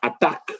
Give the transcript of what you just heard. attack